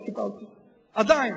לא קיבלתי עדיין.